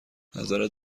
نظرت